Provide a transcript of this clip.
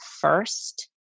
first